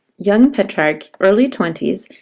young petrarch, early twenties,